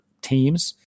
teams